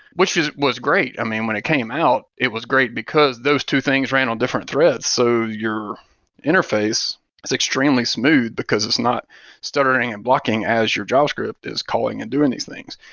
which was great. i mean, when it came out it was great because those two things ran on different threads. so your interface is extremely smooth, because it's not stuttering and blocking as your javascript is calling and doing these things,